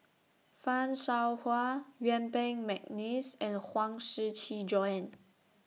fan Shao Hua Yuen Peng Mcneice and Huang Shiqi Joan